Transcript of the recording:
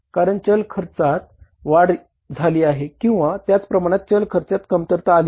कारण चल खर्चात वाढ झाली आहे किंवा त्याप्रमाणात चल खर्चात कमतरता आली नाही